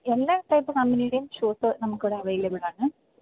എല്ലാ ടൈപ്പ് കമ്പനിയുടേയും ഷൂസ് നമുക്കിവിടെ അവൈലബിളാണ്